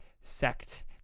sect